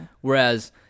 Whereas